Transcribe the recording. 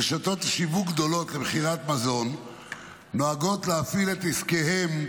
רשתות שיווק גדולות למכירת מזון נוהגות להפעיל את עסקיהן,